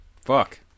Fuck